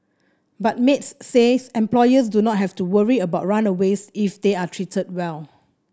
but maids says employers do not have to worry about runaways if they are treated well